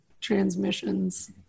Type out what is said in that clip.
Transmissions